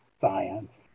science